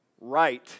right